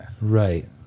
Right